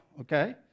okay